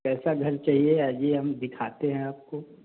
कैसा घर चाहिए आइये हम दिखाते हैं आपको